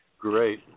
Great